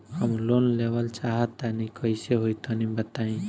हम लोन लेवल चाहऽ तनि कइसे होई तनि बताई?